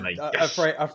Afraid